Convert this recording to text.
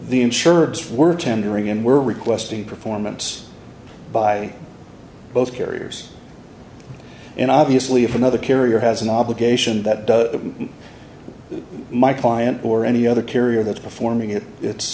the insurance we're tendering and we're requesting performance by both carriers and obviously if another carrier has an obligation that does my client or any other carrier that's performing it it's